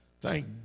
Thank